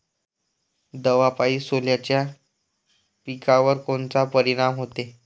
दवापायी सोल्याच्या पिकावर कोनचा परिनाम व्हते?